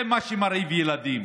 זה מה שמרעיב ילדים,